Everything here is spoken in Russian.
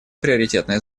приоритетное